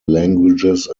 languages